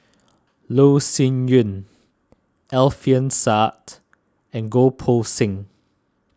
Loh Sin Yun Alfian Sa'At and Goh Poh Seng